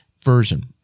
version